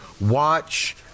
watch